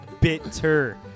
Bitter